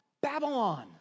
Babylon